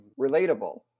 relatable